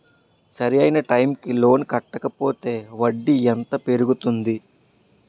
సరి అయినా టైం కి లోన్ కట్టకపోతే వడ్డీ ఎంత పెరుగుతుంది?